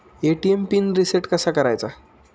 ATM PIN reset कसा करायचा?